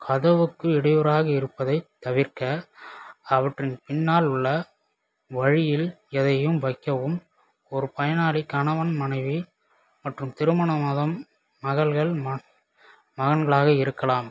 கதவுக்கு இடையூறாக இருப்பதை தவிர்க்க அவற்றின் பின்னால் உள்ள வழியில் எதையும் வைக்கவும் ஒரு பயனாளி கணவன் மனைவி மற்றும் திருமணமாகத மகள்கள் மா மகன்களாக இருக்கலாம்